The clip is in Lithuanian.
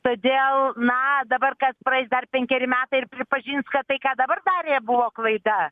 todėl na dabar kas praeis dar penkeri metai ir pripažins kad tai ką dabar darė buvo klaida